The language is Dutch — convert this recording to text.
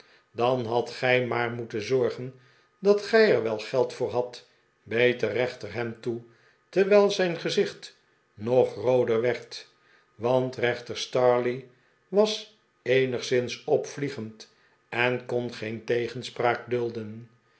dan hadt gij maar moeten zorgen dat gij er wel geld voor hadt beet de rechter hem toe terwijl zijn gezicht nog rooder werd want rechter stareleigh was eenigszins opvliegend en kon geen tegenspraak dulden